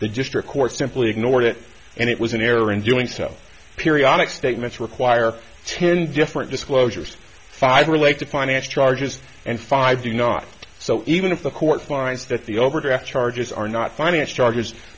the district court simply ignored it and it was an error in doing so periodic statements require ten different disclosures five relate to finance charges and five do not so even if the court finds that the overdraft charges are not finance charge